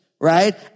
right